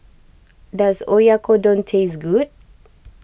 does Oyakodon taste good